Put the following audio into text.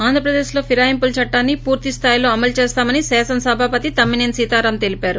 ఆంధ్రప్రదేశ్లో ఫిరాయింపుల చట్టాన్ని పూర్తి స్థాయిలో అమలు చేస్తామని శాసనసభాపతి తమ్మినేని సీతారాం తెలిపారు